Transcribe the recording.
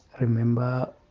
Remember